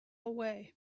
away